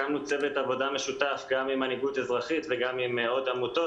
הקמנו צוות עבודה משותף גם עם מנהיגות אזרחית וגם עם עוד עמותות,